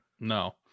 No